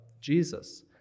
Jesus